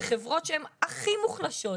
בחברות שהן הכי מוחלשות,